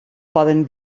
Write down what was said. poden